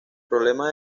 problemas